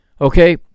okay